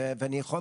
ואני יכול